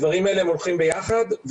הדברים האלה הולכים יחד,